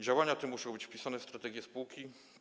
Działania te muszą być wpisane w strategię spółki.